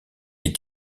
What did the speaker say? est